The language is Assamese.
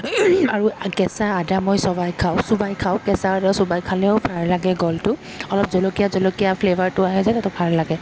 আৰু কেঁচা আদা মই চুবাই খাওঁ চুবাই খাওঁ কেঁচা আদা চুবাই খালেও ভাল লাগে গলটো অলপ জলকীয়া জলকীয়া ফ্লেভাৰটো আহে যে তাতে ভাল লাগে